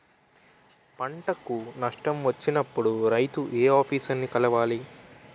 పంటకు నష్టం వచ్చినప్పుడు రైతు ఏ ఆఫీసర్ ని కలవాలి?